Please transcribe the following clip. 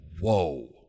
whoa